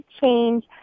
change